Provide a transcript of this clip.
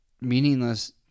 meaningless